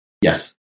Yes